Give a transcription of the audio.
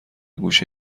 گوشه